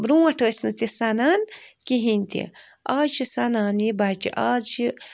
برٛونٛٹھ ٲسۍ نہٕ تہِ سَنان کِہیٖنٛۍ تہِ اَز چھِ سَنان یہِ بچہِ اَز چھِ